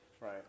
Right